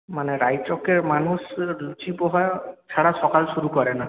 মানে রায়চকের মানুষ লুচি পোহা ছাড়া সকাল শুরু করে না